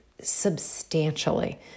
substantially